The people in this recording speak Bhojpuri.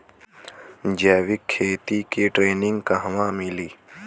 जैविक खेती के ट्रेनिग कहवा मिली?